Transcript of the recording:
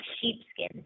sheepskin